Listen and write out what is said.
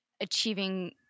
achieving